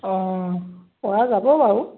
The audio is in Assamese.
অঁ পৰা যাব বাৰু